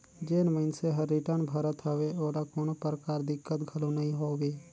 जेन मइनसे हर रिटर्न भरत हवे ओला कोनो परकार दिक्कत घलो नइ होवे